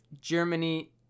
Germany